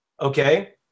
okay